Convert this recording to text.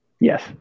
Yes